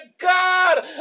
God